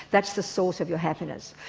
that's the source of your happiness.